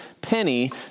penny